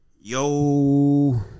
Yo